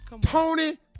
Tony